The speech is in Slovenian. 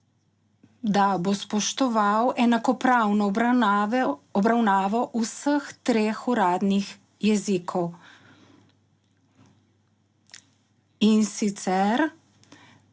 da bo spoštoval enakopravno obravnavo vseh treh uradnih jezikov. In sicer